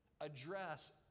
address